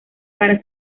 para